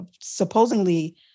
supposedly